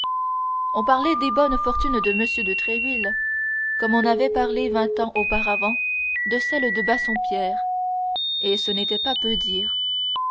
on parlait des bonnes fortunes de tréville comme on avait parlé vingt ans auparavant de celles de bassompierre et ce n'était pas peu dire